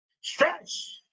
Stretch